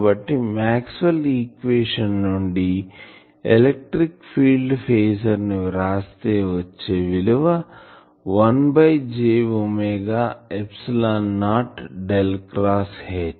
కాబట్టి Maxwell's equation నుండి electric field phasor ని వ్రాస్తే వచ్చే విలువ 1 by j omega epsilon naught del cross